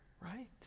right